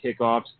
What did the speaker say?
kickoffs